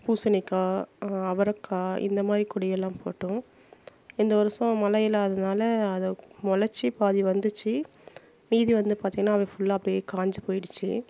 பூசணிக்காய் அவரக்காய் இந்த மாதிரி கொடிகள்லாம் போட்டோம் இந்த வருடம் மழை இல்லாததுனால அது முளைச்சி பாதி வந்துச்சு மீதி வந்து பார்த்திங்கனா அப்டி ஃபுல்லா அப்படியே காஞ்சி போயிடுச்சி